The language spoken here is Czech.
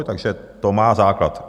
Takže to má základ.